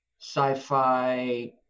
sci-fi